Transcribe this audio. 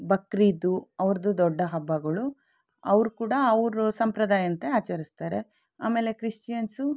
ಬಕ್ರೀದ್ ಅವ್ರದ್ದು ದೊಡ್ಡ ಹಬ್ಬಗಳು ಅವರು ಕೂಡ ಅವರ ಸಂಪ್ರದಾಯ್ದಂತೆ ಆಚರಿಸ್ತಾರೆ ಆಮೇಲೆ ಕ್ರಿಶ್ಚಿಯನ್ಸು